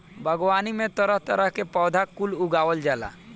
बागवानी में तरह तरह के पौधा कुल के उगावल जाला